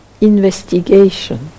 investigation